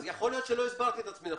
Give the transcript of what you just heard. יכול להיות שלא הסברתי את עצמי נכון.